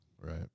Right